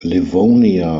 livonia